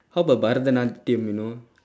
how about பரதநாட்டியம்:parathanaatdiyam you know